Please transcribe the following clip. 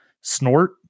snort